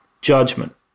judgment